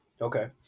Okay